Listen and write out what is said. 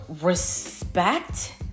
respect